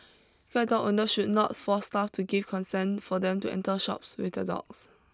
guide dog owner should not force staff to give consent for them to enter shops with their dogs